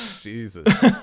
Jesus